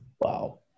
Wow